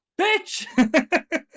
bitch